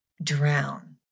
drown